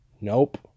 Nope